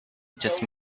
just